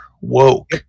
woke